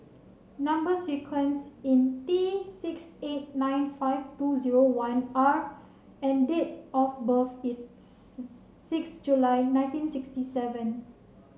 number sequence is T six eight nine five two zero one R and date of birth is six July nineteen sixty seven